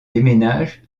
déménage